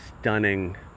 stunning